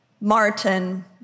Martin